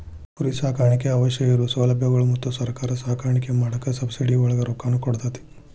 ಕುರಿ ಸಾಕಾಣಿಕೆಗೆ ಅವಶ್ಯ ಇರು ಸೌಲಬ್ಯಗಳು ಮತ್ತ ಸರ್ಕಾರಾ ಸಾಕಾಣಿಕೆ ಮಾಡಾಕ ಸಬ್ಸಿಡಿ ಒಳಗ ರೊಕ್ಕಾನು ಕೊಡತತಿ